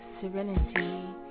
serenity